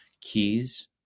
keys